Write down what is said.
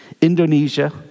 Indonesia